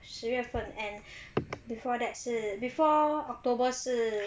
十月份 end before that 是 before october 是